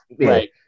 right